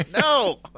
No